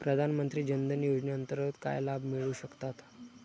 प्रधानमंत्री जनधन योजनेअंतर्गत काय लाभ मिळू शकतात?